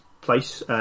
place